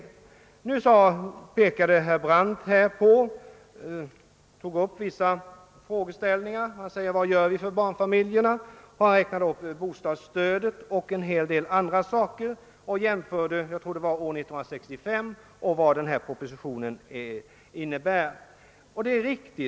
Herr Brandt tog upp vissa frågeställningar i detta sammanhang. Han frågade vad samhället gör för barnfamiljerna och svarar själv genom att räkna upp bostadsstödet och en hel del andra åtgärder. Han jämförde sedan förhållandena på detta område år 1965 med vad som blir fallet om förevarande proposition genomförs.